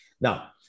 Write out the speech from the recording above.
Now